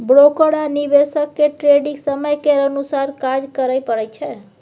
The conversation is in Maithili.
ब्रोकर आ निवेशक केँ ट्रेडिग समय केर अनुसार काज करय परय छै